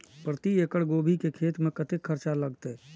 प्रति एकड़ गोभी के खेत में कतेक खर्चा लगते?